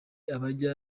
abajya